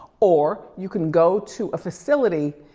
or you can go to a facility,